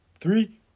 Three